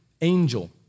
angel